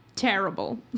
Terrible